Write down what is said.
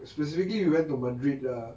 specifically we went to madrid lah